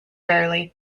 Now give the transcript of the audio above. rarely